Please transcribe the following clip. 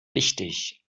wichtig